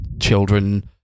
children